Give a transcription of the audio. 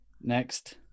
Next